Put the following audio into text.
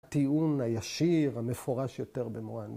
טיעון הישיר, המפורש יותר במוענ..